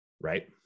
right